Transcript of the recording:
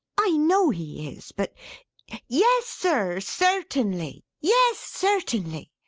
i know he is, but yes sir, certainly. yes! certainly!